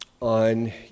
on